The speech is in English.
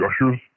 Gushers